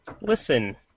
Listen